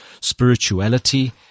Spirituality